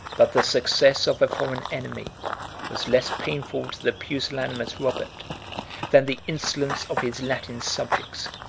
but the success of a foreign enemy was less painful to the pusillanimous robert than the insolence of his latin subjects,